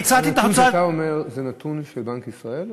הנתון שאתה אומר זה נתון של בנק ישראל?